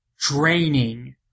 draining